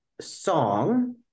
song